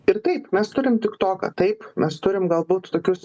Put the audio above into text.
ir taip mes turim tik toką taip mes turim galbūt tokius